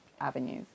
avenues